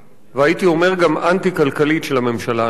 והייתי אומר גם אנטי-כלכלית, של הממשלה הנוכחית.